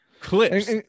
clips